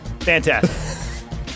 Fantastic